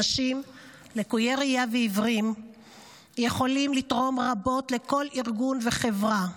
אנשים לקויי ראייה ועיוורים יכולים לתרום רבות לכל ארגון וחברה,